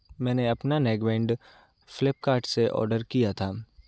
मैंने अपना neck band Flipkart से ऑर्डर किया था